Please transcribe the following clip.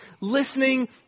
Listening